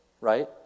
right